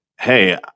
Hey